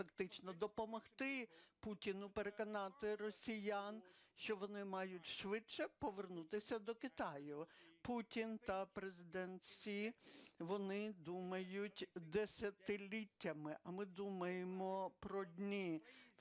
вони мають швидше повернутися до Китаю. Путін та Президент Сі, вони думають десятиліттями, а ми думаємо про дні.